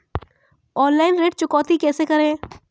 Online ऋण चुकौती कैसे करें?